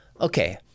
Okay